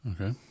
Okay